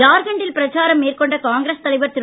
ஜார்கன்ட்டில் பிரச்சாரம் மேற்கொண்ட காங்கிரஸ் தலைவர் திரு